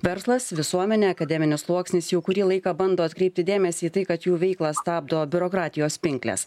verslas visuomenė akademinis sluoksnis jau kurį laiką bando atkreipti dėmesį į tai kad jų veiklą stabdo biurokratijos pinklės